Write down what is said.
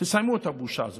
תסיימו את הבושה הזאת.